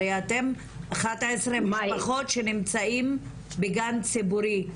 הרי אתם 11 משפחות, שנמצאים בגן ציבורי,